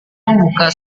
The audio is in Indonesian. membuka